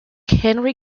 henri